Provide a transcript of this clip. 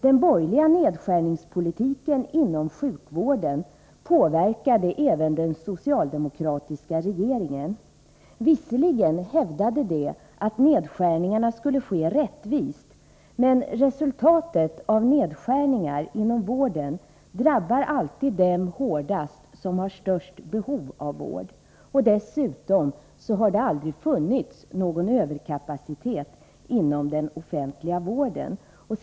Den borgerliga nedskärningspolitiken inom sjukvården påverkade även den socialdemokratiska regeringen. Visserligen hävdade de att nedskärningarna skulle ske rättvist, men resultatet av nedskärningar inom vården drabbar alltid dem hårdast som har störst behov av vård. Dessutom har det aldrig funnits någon överkapacitet inom den offentliga vården.